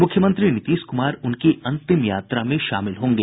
मुख्यमंत्री नीतीश कुमार उनकी अंतिम यात्रा में शामिल होंगे